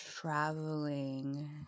traveling